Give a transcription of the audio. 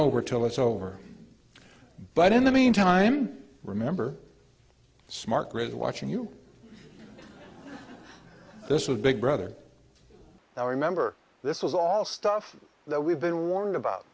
we're told it's over but in the meantime remember smart grid watching you this is big brother now remember this was all stuff that we've been warned about